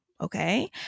okay